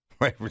right